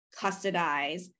custodize